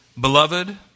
Beloved